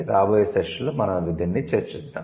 రాబోయే సెషన్లో మనం దీనిని చర్చిద్దాము